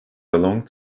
belong